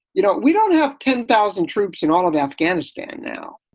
you know, we don't have ten thousand troops in all of afghanistan now.